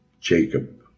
Jacob